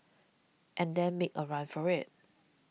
and then make a run for it